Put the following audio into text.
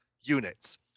units